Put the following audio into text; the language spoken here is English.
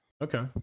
Okay